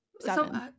Seven